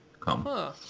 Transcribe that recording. come